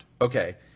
Okay